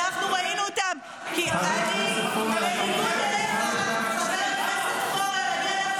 על הליכים לא חוקיים, חבר הכנסת פורר,